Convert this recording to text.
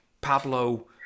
Pablo